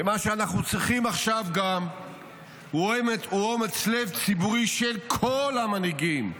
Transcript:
ומה שאנחנו גם צריכים עכשיו הוא אומץ לב ציבורי של כל המנהיגים,